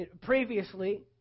previously